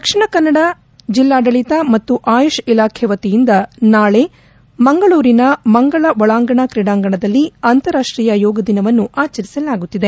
ದಕ್ಷಿಣ ಕನ್ನಡ ಜಿಲ್ಲಾಡಳಿತ ಮತ್ತು ಆಯುಷ್ ಇಲಾಖೆವತಿಯಿಂದ ನಾಳಿ ಮಂಗಳೂರಿನ ಮಂಗಳಾ ಒಳಾಂಗಣ ಕ್ರೀಡಾಂಗಣದಲ್ಲಿ ಅಂತಾರಾಷ್ಷೀಯ ಯೋಗ ದಿನವನ್ನು ಆಚರಿಸಲಾಗುತ್ತಿದೆ